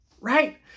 Right